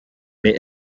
mais